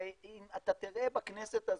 ואתה תראה בכנסת הזאת,